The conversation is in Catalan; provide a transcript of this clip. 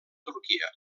turquia